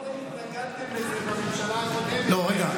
בגלל זה אתם התנגדתם לזה בממשלה הקודמת, לא, לא.